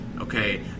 okay